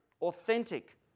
authentic